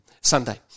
Sunday